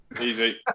Easy